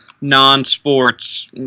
non-sports